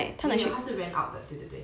没有没有他是 rent out 的对对对